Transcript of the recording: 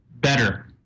better